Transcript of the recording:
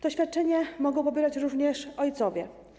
To świadczenie mogą pobierać również ojcowie.